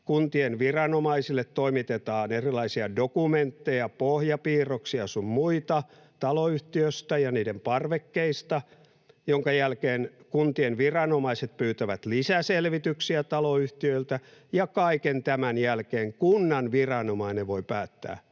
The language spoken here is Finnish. niiden parvekkeista erilaisia dokumentteja, pohjapiirroksia sun muita, minkä jälkeen kuntien viranomaiset pyytävät lisäselvityksiä taloyhtiöiltä, ja kaiken tämän jälkeen kunnan viranomainen voi päättää